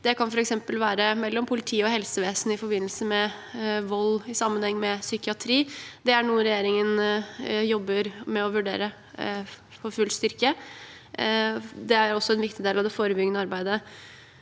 Det kan f.eks. være mellom politi og helsevesen i forbindelse med vold i sammenheng med psykiatri. Det er noe regjeringen jobber på full styrke med å vurdere. Det er også en viktig del av det forebyggende arbeidet.